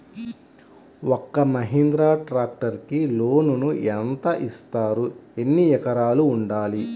ఒక్క మహీంద్రా ట్రాక్టర్కి లోనును యెంత ఇస్తారు? ఎన్ని ఎకరాలు ఉండాలి?